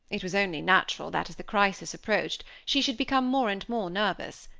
it was only natural that, as the crisis approached, she should become more and more nervous.